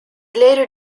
later